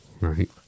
Right